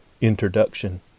introduction